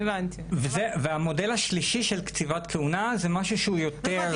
אני הייתי 13 שנה חברת מועצה בחולון, ראש